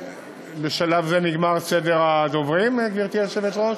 בשלב זה נגמר סדר הדוברים, גברתי היושבת-ראש?